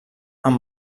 amb